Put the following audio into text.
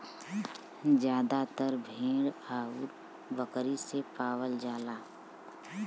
जादातर भेड़ आउर बकरी से पावल जाला